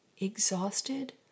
exhausted